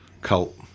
cult